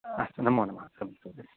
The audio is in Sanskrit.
अस्तु नमो नमः संस्थाप्ये